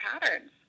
patterns